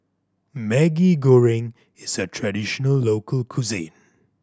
Maggi Goreng is a traditional local cuisine